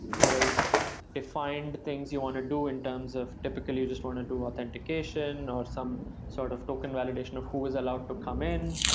there is defined things you want to do in terms of typically you just want to do authentication and or some sort of token validation of who is allowed to come in.